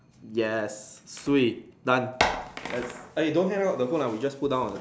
yes swee done let's eh don't hang up the phone ah we just put down on the